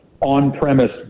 on-premise